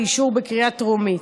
לאישור בקריאה טרומית.